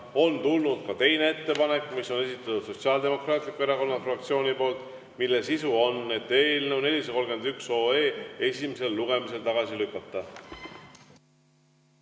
On tulnud ka teine ettepanek, mille on esitanud Sotsiaaldemokraatliku Erakonna fraktsioon, mille sisu on, et eelnõu 431 esimesel lugemisel tagasi lükata.